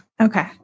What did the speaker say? Okay